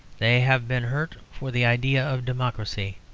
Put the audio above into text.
they have been hurt for the idea of democracy.